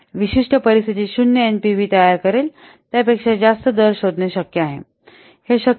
विशिष्ट परिस्थितीत शून्य एनपीव्ही तयार करेल त्यापेक्षा जास्त दर शोधणे शक्य आहे हे शक्य आहे